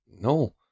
No